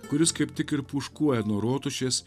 kuris kaip tik ir puškuoja nuo rotušės